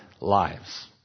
lives